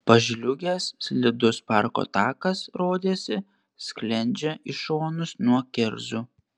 pažliugęs slidus parko takas rodėsi sklendžia į šonus nuo kerzų